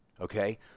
okay